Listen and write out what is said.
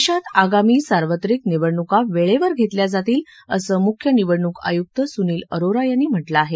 देशात आगामी सार्वत्रिक निवडणुका वेळेवर घेतल्या जातील असं मुख्य निवडणुक आयुक्त सुनील अरोरा यांनी म्हटलं आहे